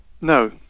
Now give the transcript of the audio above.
No